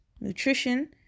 nutrition